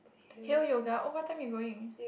hale yoga oh what time you going